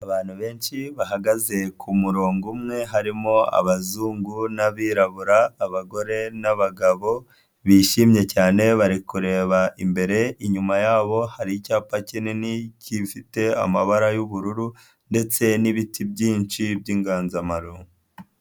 Abantu benshi bahagaze ku murongo umwe, harimo abazungu n'abirabura, abagore n'abagabo, bishimye cyane bari kureba imbere, inyuma yabo hari icyapa kinini kifite amabara y'ubururu ndetse n'ibiti byinshi b'inganzamarumbo.